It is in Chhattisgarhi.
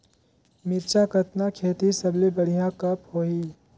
मिरचा कतना खेती सबले बढ़िया कब होही?